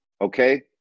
okay